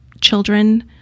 children